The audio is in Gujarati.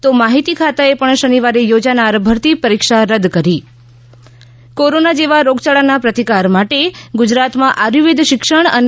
તો માહિતી ખાતાએ પણ શનિવારે યોજાનાર ભરતી પરીક્ષા રદ કરી કોરોના જેવા રોગયાળાના પ્રતિકાર માટે ગુજરાતમાં આયુર્વેદ શિક્ષણ અને